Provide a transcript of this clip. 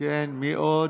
מי עוד?